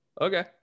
Okay